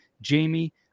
Jamie